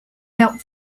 helped